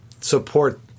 support